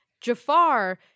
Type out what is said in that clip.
Jafar